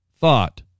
thought